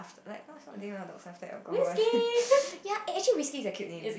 like name dogs after alcohol ya eh actually whiskey is a cute name